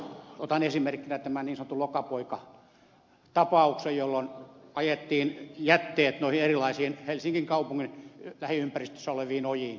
otan esimerkkinä tämän niin sanotun lokapojat tapauksen jolloin ajettiin jätteet noihin erilaisiin helsingin kaupungin lähiympäristössä oleviin ojiin